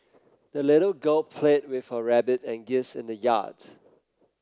the little girl played with her rabbit and geese in the yard